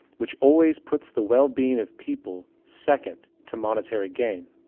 which always put's the well-being of people second to monetary gain.